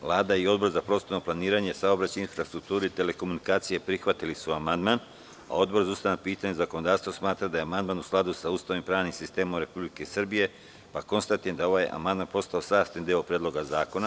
Vlada i Odbor za prostorno planiranje, saobraćaj, infrastrukturu i telekomunikacije prihvatili su amandman, a Odbor za ustavna pitanja i zakonodavstvo smatra da je amandman u skladu sa Ustavom i pravnim sistemom Republike Srbije, pa konstatujem da je ovaj amandman postao sastavni deo Predloga zakona.